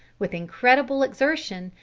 with incredible exertion,